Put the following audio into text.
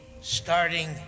starting